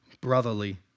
brotherly